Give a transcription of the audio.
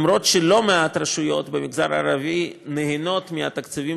גם אם לא מעט רשויות במגזר הערבי נהנות מהתקציבים